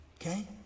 okay